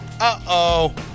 Uh-oh